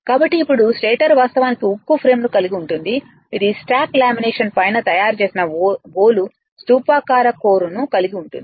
కాబట్టి ఇప్పుడు స్టేటర్ వాస్తవానికి ఉక్కు ఫ్రేమ్ ను కలిగి ఉంటుంది ఇది స్టాక్ లామినేషన్ పైన తయారు చేసిన బోలు స్థూపాకార కోర్ను కలిగి ఉంటుంది